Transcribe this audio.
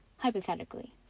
hypothetically